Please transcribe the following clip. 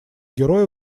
героя